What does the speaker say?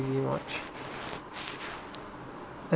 very much